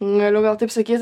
galiu gal taip sakyt